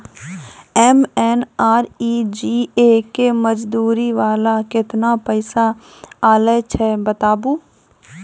MNREGA के मज़दूरी वाला केतना पैसा आयल छै बताबू?